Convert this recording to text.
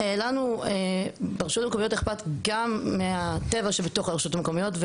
לנו ברשויות המקומיות אכפת גם מהטבע שבתוך הרשויות המקומיות.